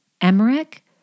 Emmerich